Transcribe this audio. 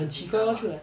a bit dumb ah